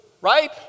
Right